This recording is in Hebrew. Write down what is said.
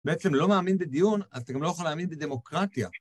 בעצם לא מאמין בדיון, אז אתה גם לא יכול להאמין בדמוקרטיה.